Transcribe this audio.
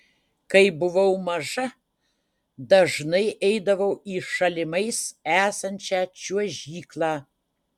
kai buvau maža dažnai eidavau į šalimais esančią čiuožyklą